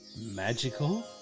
magical